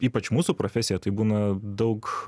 ypač mūsų profesija tai būna daug